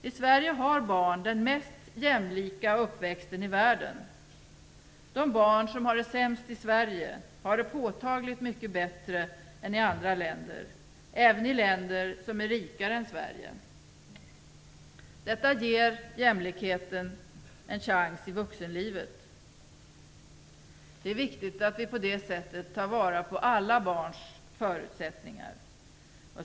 I Sverige har barn den mest jämlika uppväxten i världen. De barn i Sverige som har det sämst har det påtagligt mycket bättre jämfört med hur det är i andra länder - även i länder som är rikare än Sverige. Detta ger jämlikheten en chans i vuxenlivet. Det är viktigt att vi på det sättet tar vara på alla barns förutsättningar.